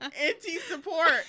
anti-support